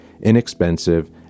inexpensive